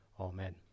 amen